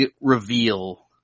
reveal